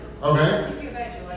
Okay